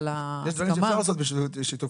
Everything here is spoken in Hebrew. חבר הכנסת